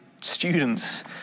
students